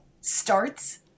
starts